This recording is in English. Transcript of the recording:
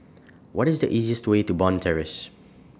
What IS The easiest Way to Bond Terrace